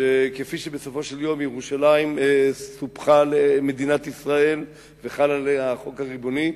שכפי שבסופו של דבר ירושלים סופחה למדינת ישראל וחל עליה החוק הריבוני,